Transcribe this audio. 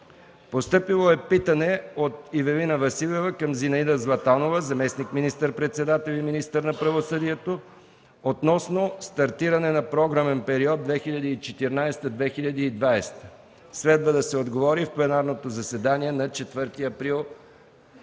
представител Ивелина Василева към Зинаида Златанова – заместник министър-председател и министър на правосъдието, относно стартиране на програмен период 2014-2020 г. Следва да се отговори в пленарното заседание на 4 април